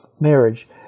marriage